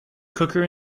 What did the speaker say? cooker